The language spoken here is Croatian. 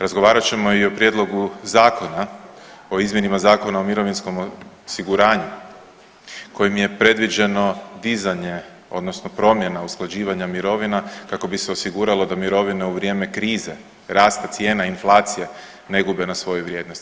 Razgovarat ćemo i o prijedlogu zakona o izmjenama Zakona o mirovinskom osiguranju kojim je predviđeno dizanje odnosno promjena usklađivanja mirovina kako bi se osiguralo da mirovina u vrijeme krize, rasta cijene inflacije ne gube na svojoj vrijednosti.